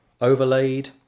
overlaid